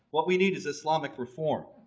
what we need is islamic reform.